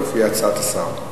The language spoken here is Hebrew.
כפי שהציע השר.